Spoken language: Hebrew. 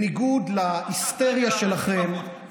עסק שפשט